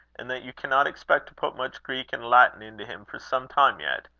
and that you cannot expect to put much greek and latin into him for some time yet.